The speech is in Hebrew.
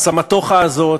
הסמטוחה הזאת